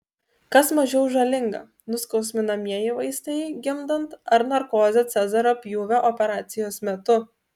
kas mažiau žalinga nuskausminamieji vaistai gimdant ar narkozė cezario pjūvio operacijos metu